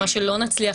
ומה שנקרא